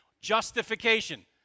Justification